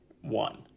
One